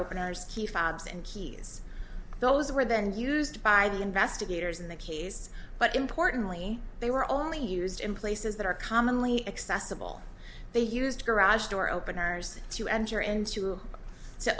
openers key fobs and keys those were the end used by the investigators in the case but importantly they were only used in places that are commonly accessible they used garage door openers to enter into to